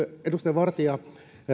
edustaja vartia